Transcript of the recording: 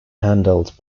handled